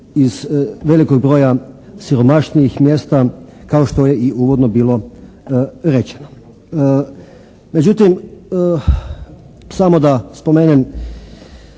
iz velikog broja siromašnijih mjesta kao što je i uvodno bilo rečeno. Međutim, samo da spomenem,